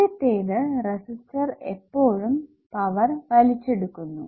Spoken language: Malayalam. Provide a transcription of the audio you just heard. ആദ്യത്തേത റെസിസ്റ്റർ എപ്പോഴും പവർ വലിച്ചെടുക്കുന്നു